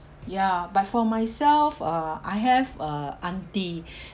ya but for myself uh I have a auntie